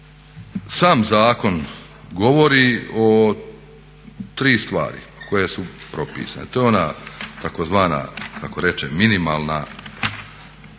sam zakon govori o tri stvari koje su propisane. To je ona tzv. kako reče minimalni